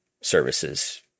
services